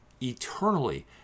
eternally